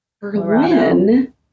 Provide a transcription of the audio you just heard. Berlin